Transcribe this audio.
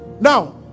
now